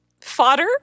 fodder